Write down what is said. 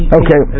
okay